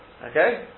Okay